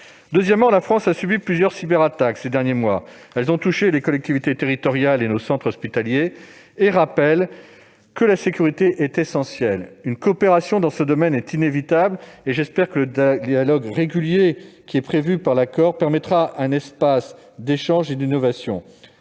derniers mois, la France a subi plusieurs cyberattaques qui ont touché des collectivités territoriales et des centres hospitaliers. Elles rappellent que la sécurité est essentielle et qu'une coopération dans ce domaine est inévitable. J'espère que le dialogue régulier prévu par l'accord permettra un espace d'échange et d'innovation.